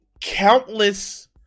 countless